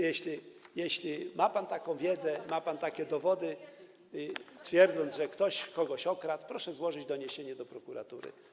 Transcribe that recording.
Jeśli ma pan taką wiedzę, ma pan takie dowody, twierdząc, że ktoś kogoś okradł, proszę złożyć doniesienie do prokuratury.